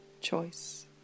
choice